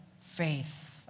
faith